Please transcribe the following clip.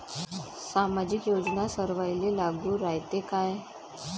सामाजिक योजना सर्वाईले लागू रायते काय?